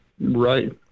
right